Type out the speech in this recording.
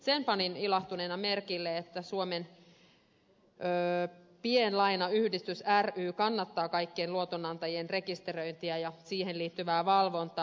sen panin ilahtuneena merkille että suomen pienlainayhdistys ry kannattaa kaikkien luotonantajien rekisteröintiä ja siihen liittyvää valvontaa